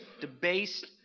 debased